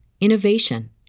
innovation